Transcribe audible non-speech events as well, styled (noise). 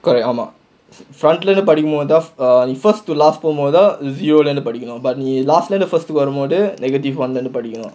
ஆமா:aamaa (laughs) err first to last வரும் போது தான்:varum pothu thaan zero leh இருந்து படிக்கணும்:irunthu padikanum but last leh இருந்து:irunthu first வரும் போது:varum pothu negative one leh இருந்து படிக்கணும்:irunthu padikkanum